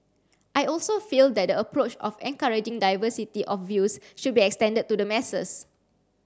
I also feel that the approach of encouraging diversity of views should be extended to the masses